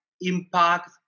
impact